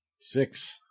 Six